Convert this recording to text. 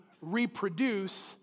reproduce